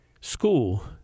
school